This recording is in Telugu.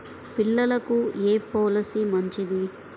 పిల్లలకు ఏ పొలసీ మంచిది?